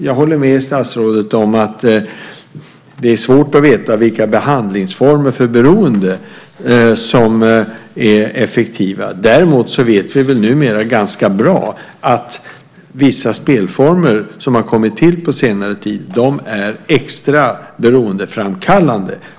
Jag håller med statsrådet om att det är svårt att veta vilka behandlingsformer för beroende som är effektiva. Däremot vet vi väl numera ganska bra att vissa spelformer som har kommit till på senare tid är extra beroendeframkallande.